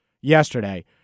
yesterday